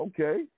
okay